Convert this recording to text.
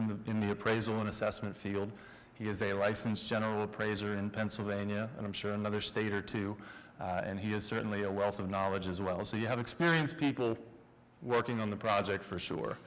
experience in the appraisal and assessment field he is a licensed general appraiser in pennsylvania and i'm sure another state or two and he is certainly a wealth of knowledge as well so you have experience people working on the project for sure